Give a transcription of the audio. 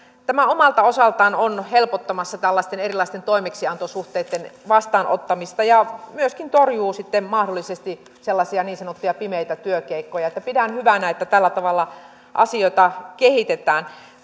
tämä omalta osaltaan on helpottamassa tällaisten erilaisten toimeksiantosuhteitten vastaanottamista ja myöskin torjuu sitten mahdollisesti sellaisia niin sanottuja pimeitä työkeikkoja pidän hyvänä että tällä tavalla asioita kehitetään